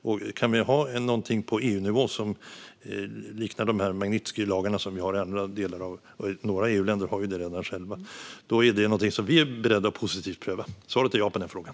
Om vi kan ha någonting på EU-nivå som liknar de Magnitskijlagar som finns i andra delar av världen - några EU-länder har ju redan sådana själva - är det någonting som vi är beredda att positivt pröva. Svaret är ja på den frågan.